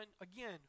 again